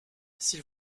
s’il